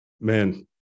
man